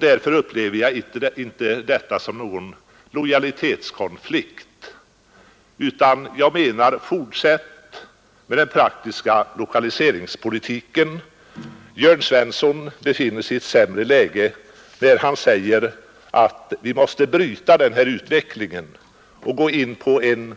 Därför upplever jag inte detta som någon lojalitetskonflikt. Jag menar i stället: Fortsätt med den praktiska lokaliseringspolitiken! Jörn Svensson befinner sig i ett sämre läge när han säger att vi måste bryta denna utveckling och börja med en